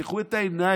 תפתחו את העיניים,